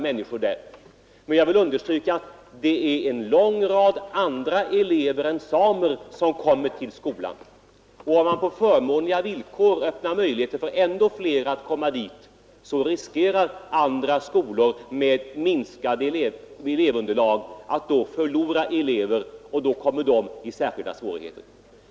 Men jag vill understryka att många andra elever än samer kommer till skolan, och om man öppnar möjligheter för ännu fler att komma dit på förmånliga villkor riskerar andra skolor med minskande elevunderlag att förlora elever — och då hamnar dessa skolor i särskilda svårigheter.